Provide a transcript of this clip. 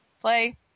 play